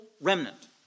remnant